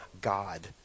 God